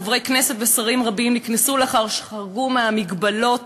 חברי כנסת ושרים רבים נקנסו לאחר שחרגו מהמגבלות